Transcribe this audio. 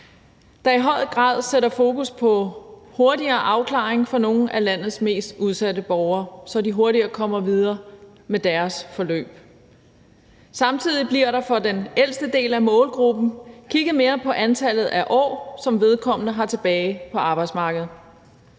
der i høj grad sætter fokus på en hurtigere afklaring for nogle af landets mest udsatte borgere, så de hurtigere kommer videre med deres forløb. Samtidig bliver der for den ældste del af målgruppen kigget mere på antallet af år, som vedkommende har tilbage på arbejdsmarkedet;